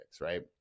right